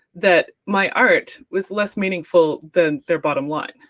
that my art was less meaningful than their bottom line.